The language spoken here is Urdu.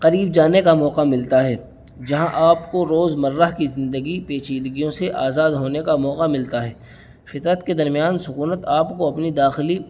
قریب جانے کا موقع ملتا ہے جہاں آپ کو روزمرہ کی زندگی پیچیدگیوں سے آزاد ہونے کا موقع ملتا ہے فطرت کے درمیان سکونت آپ کو اپنی داخلی